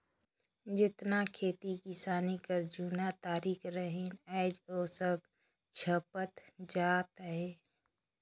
जेतना खेती किसानी कर जूना तरीका रहिन आएज ओ सब छपत जात अहे